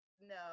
no